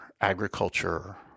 agriculture